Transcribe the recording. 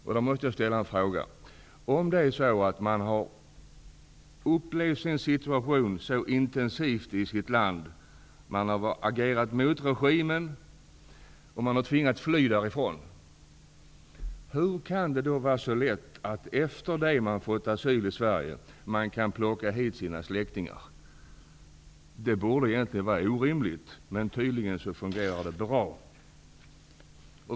Jag måste därför ställa en fråga: Om man har agerat mot regimen i sitt land och tvingats fly därifrån -- hur kan det då vara så lätt att efter det att man har fått asyl i Sverige plocka hit sina släktingar? Det borde vara omöjligt, men tydligen fungerar det bra.